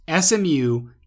SMU